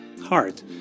Hard